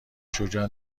شجاع